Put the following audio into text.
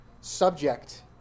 subject